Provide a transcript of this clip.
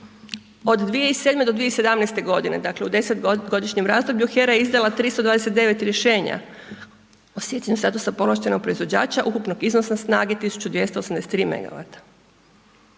Od 2007.g. do 2017.g., dakle, u 10-godišnjem razdoblju HERA je izdala 329 rješenja o stjecanju statusa povlaštenog proizvođača ukupnog iznosa snage 1283